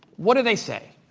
what do they say?